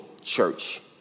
church